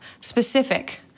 specific